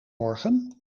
morgen